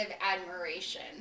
admiration